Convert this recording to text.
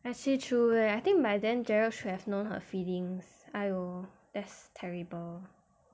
actually true leh I think by then gerald should have known her feelings !aiyo! that's terrible